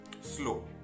slow